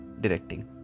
directing